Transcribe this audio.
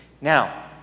Now